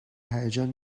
هیجان